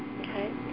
Okay